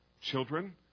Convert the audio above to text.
Children